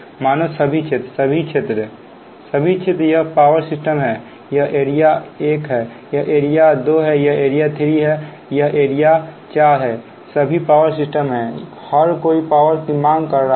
मानो सभी क्षेत्र सभी क्षेत्र सभी क्षेत्र यह पावर सिस्टम है यह एरिया1 है यह एरिया 2 है यह एरिया 3 है यह एरिया 4 सभी पावर सिस्टम है हर कोई पावर की मांग कर रहा है